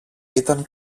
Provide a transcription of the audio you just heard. ήταν